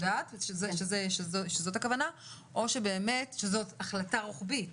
שזאת הכוונה או שבאמת שזאת החלטה רוחבית